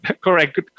Correct